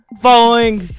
following